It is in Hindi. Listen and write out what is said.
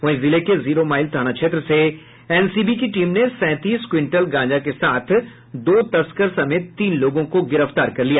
वहीं जिले के जीरोमाइल थाना क्षेत्र से एनसीबी की टीम ने सैंतीस क्विंटल गांजा के साथ दो तस्कर समेत तीन लोगों को गिरफ्तार कर लिया